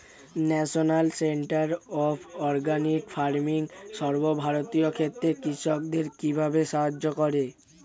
National centre of organic farming সর্বভারতীয় ক্ষেত্রে কৃষকদের কিভাবে সাহায্য করে?